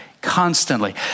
constantly